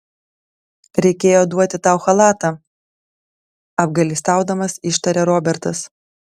reikėjo duoti tau chalatą apgailestaudamas ištarė robertas